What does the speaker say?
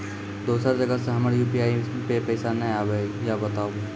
दोसर जगह से हमर यु.पी.आई पे पैसा नैय आबे या बताबू?